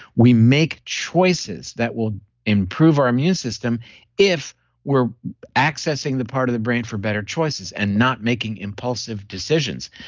we make choices that will improve our immune system if we're accessing the part of the brain for better choices and not making impulsive decisions.